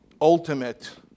ultimate